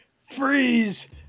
freeze